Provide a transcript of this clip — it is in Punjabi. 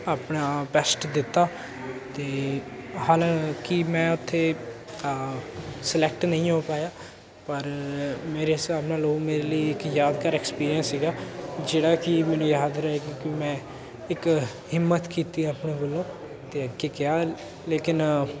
ਆਪਣਾ ਬੈਸਟ ਦਿੱਤਾ ਅਤੇ ਹਲਾਂਕਿ ਮੈਂ ਉੱਥੇ ਸਲੈਕਟ ਨਹੀਂ ਹੋ ਪਾਇਆ ਪਰ ਮੇਰੇ ਹਿਸਾਬ ਨਾਲ ਉਹ ਮੇਰੇ ਲਈ ਇੱਕ ਯਾਦਗਾਰ ਐਕਸਪੀਰੀਅੰਸ ਸੀਗਾ ਜਿਹੜਾ ਕਿ ਮੈਨੂੰ ਯਾਦ ਰਹੇ ਕਿਉਂਕਿ ਮੈਂ ਇੱਕ ਹਿੰਮਤ ਕੀਤੀ ਆਪਣੇ ਵੱਲੋਂ ਅਤੇ ਅੱਗੇ ਗਿਆ ਲੇਕਿਨ